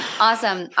Awesome